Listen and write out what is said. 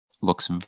looks